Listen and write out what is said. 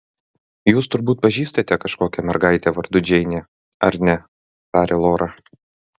jūs turbūt pažįstate kažkokią mergaitę vardu džeinė ar ne tarė lora